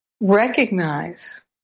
recognize